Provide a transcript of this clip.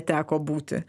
teko būti